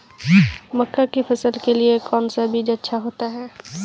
मक्का की फसल के लिए कौन सा बीज अच्छा होता है?